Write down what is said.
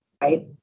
right